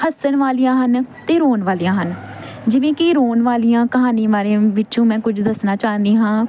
ਹੱਸਣ ਵਾਲੀਆਂ ਹਨ ਅਤੇ ਰੋਣ ਵਾਲੀਆਂ ਹਨ ਜਿਵੇਂ ਕਿ ਰੋਣ ਵਾਲੀਆਂ ਕਹਾਣੀਆਂ ਬਾਰੇ ਵਿੱਚੋਂ ਮੈਂ ਕੁਝ ਦੱਸਣਾ ਚਾਹੁੰਦੀ ਹਾਂ